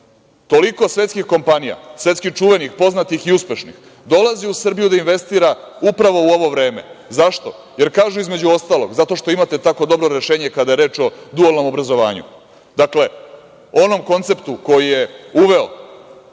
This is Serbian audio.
Toliko svetskih kompanija, svetskih čuvenih, poznatih i uspešnih, dolazi u Srbiju da investira upravo u ovo vreme. Zašto? Jer kažu, između ostalog, zato što imate tako dobro rešenje kada je reč o dualnom obrazovanju, dakle, onom konceptu koji je uveo